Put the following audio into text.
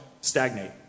stagnate